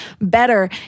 better